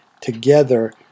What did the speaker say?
together